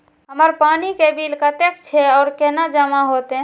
हमर पानी के बिल कतेक छे और केना जमा होते?